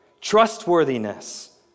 trustworthiness